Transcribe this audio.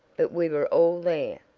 but we were all there,